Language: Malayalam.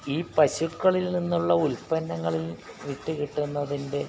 ഈ പശുക്കളിൽ നിന്നുള്ള ഉൽപ്പന്നങ്ങളിൽ വിറ്റു കിട്ടുന്നതിൻ്റെ